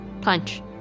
Punch